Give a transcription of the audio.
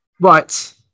Right